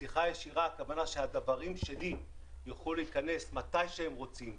פתיחה ישירה הכוונה שהדוורים שלי יוכלו להיכנס מתי שהם רוצים,